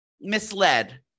misled